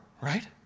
right